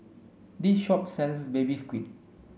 this shop sells baby squid